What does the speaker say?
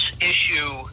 issue